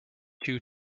two